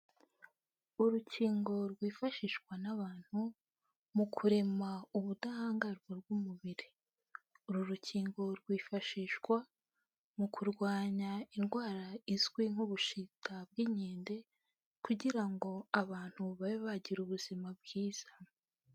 Urukingo rwifashishwa n'abantu mu kurema ubudahangarwa bw'umubiri, uru rukingo rwifashishwa mu kurwanya indwara izwi nk'ubushita bw'inkende, kugira ngo abantu babe bagira ubuzima bwiza.